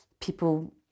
people